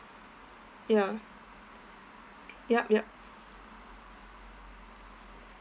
ya yup yup